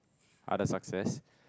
other success